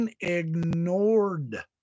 ignored